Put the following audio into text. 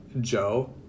Joe